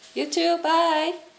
you too bye